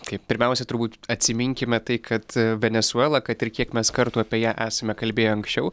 kaip pirmiausia turbūt atsiminkime tai kad venesuela kad ir kiek mes kartų apie ją esame kalbėję anksčiau